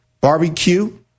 Barbecue